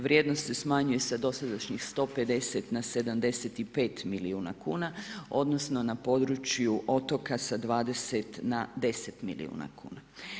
Vrijednost se smanjuje sa dosadašnjih 150 na 75 milijuna kuna odnosno na području otoka sa 20 na 10 milijuna kuna.